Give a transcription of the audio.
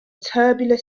tubular